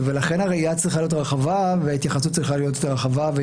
ולכן הראייה צריכה להיות רחבה וההתייחסות צריכה להיות יותר רחבה.